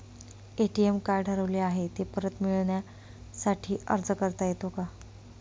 ATM card हरवले आहे, ते परत मिळण्यासाठी अर्ज करता येतो का?